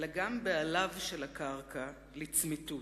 אלא גם בעליו של הקרקע לצמיתות.